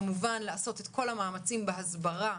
כמובן לעשות את כל המאמצים בהסברה